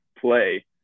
play